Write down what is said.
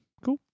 Cool